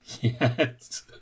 Yes